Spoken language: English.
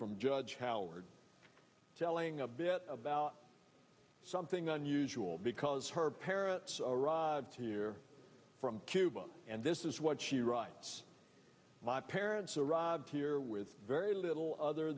from judge howard telling a bit about something unusual because her parents arrived here from cuba and this is what she writes my parents arrived here with very little other